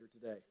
today